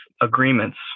agreements